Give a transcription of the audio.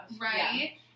Right